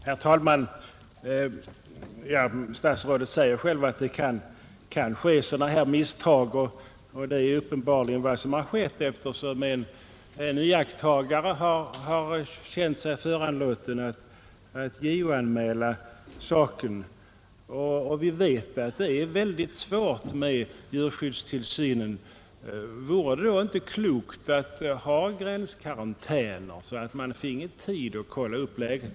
Herr talman! Herr statsrådet säger själv att det kan ske sådana här misstag, och det är uppenbarligen vad som skett, eftersom en iakttagare har känt sig föranlåten att JO-anmäla i en dylik sak. Vi vet att det är svårt att få en effektiv djurskyddstillsyn. Vore det då inte klokt att hålla på gränskarantänen, så att man finge tid att kolla upp läget.